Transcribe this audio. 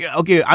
okay